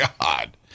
God